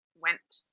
went